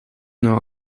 know